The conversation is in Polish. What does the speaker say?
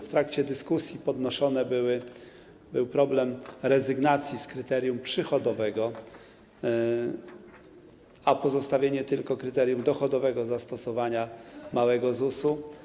W trakcie dyskusji podnoszony był problem rezygnacji z kryterium przychodowego i pozostawienia tylko kryterium dochodowego w przypadku zastosowania małego ZUS-u.